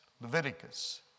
Leviticus